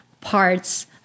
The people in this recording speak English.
parts